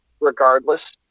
regardless